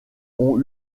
ont